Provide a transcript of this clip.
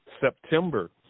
September